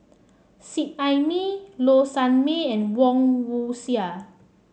Seet Ai Mee Low Sanmay and Woon Wah Siang